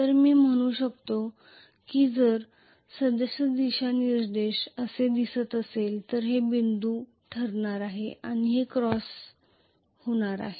तर मी म्हणू शकतो की जर सद्य दिशानिर्देश असे दिसत असेल तर हे बिंदू ठरणार आहे आणि ही क्रॉस होणार आहे